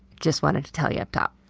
just wanted to tell you up top.